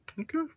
Okay